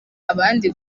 abandi